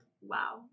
wow